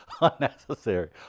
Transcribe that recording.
unnecessary